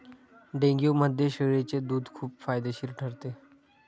डेंग्यूमध्ये शेळीचे दूध खूप फायदेशीर ठरते